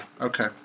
Okay